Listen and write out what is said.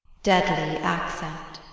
deadly accent.